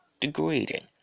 degrading